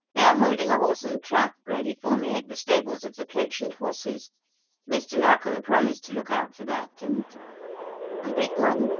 they are holding a horse and trap ready for me at the stables of the coach and horses mr. narkom promised to look out for that, and i beg pardon?